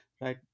right